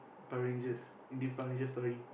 Power-Rangers in this Power-Rangers story